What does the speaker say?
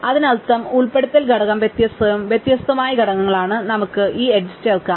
അതിനർത്ഥം ഉൾപ്പെടുത്തൽ ഘടകം വ്യത്യസ്തവും വ്യത്യസ്തവുമായ ഘടകങ്ങളാണ് നമുക്ക് ഈ എഡ്ജ് ചേർക്കാം